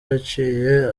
yaciye